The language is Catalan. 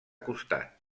costat